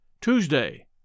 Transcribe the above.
Tuesday